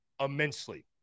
immensely